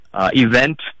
event